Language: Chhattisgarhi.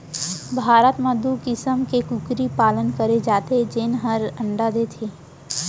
भारत म दू किसम के कुकरी पालन करे जाथे जेन हर अंडा देथे